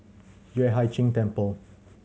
Yueh Hai Ching Temple